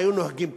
היו נוהגים ככה,